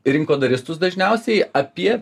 rinkodaristus dažniausiai apie